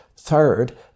Third